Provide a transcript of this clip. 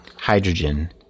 hydrogen